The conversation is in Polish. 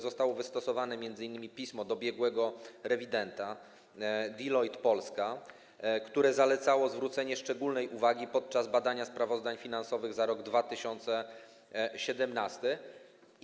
Zostało wystosowane m.in. pismo do biegłego rewidenta Deloitte Polska, które zalecało zwrócenie szczególnej uwagi podczas badania sprawozdań finansowych za rok 2017.